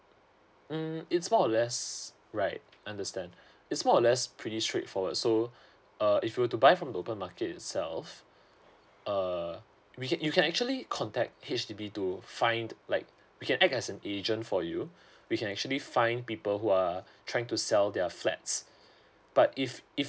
mm it's more or less right I understand it's more or less pretty straightforward so uh if you were to buy from local market itself uh we you can actually contact H_D_B to find like we can act as an agent for you we can actually find people who are trying to sell their flats but if if